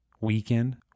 weekend